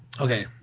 Okay